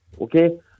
Okay